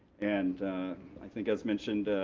and i think as mentioned,